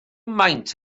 maint